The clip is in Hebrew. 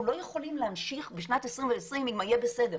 אנחנו לא יכולים להמשיך בשנת 2020 אם היהיה בסדר,